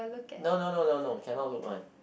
no no no no no cannot one